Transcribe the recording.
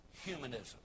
humanism